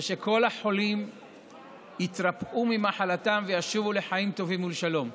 ושכל החולים יתרפאו ממחלתם וישובו לחיים טובים ולשלום.